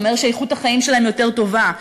זה אומר שאיכות החיים שלהם יותר טובה.